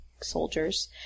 soldiers